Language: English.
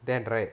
ten right